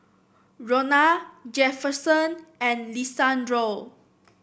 Ronna Jefferson and Lisandro